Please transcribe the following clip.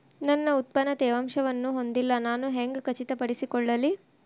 ನನ್ನ ಉತ್ಪನ್ನ ತೇವಾಂಶವನ್ನು ಹೊಂದಿಲ್ಲಾ ನಾನು ಹೆಂಗ್ ಖಚಿತಪಡಿಸಿಕೊಳ್ಳಲಿ?